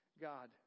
God